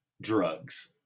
drugs